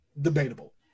Debatable